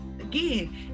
Again